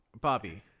Bobby